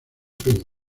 peña